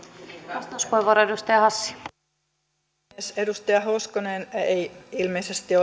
arvoisa puhemies edustaja hoskonen ei ilmeisesti